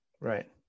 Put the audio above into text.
Right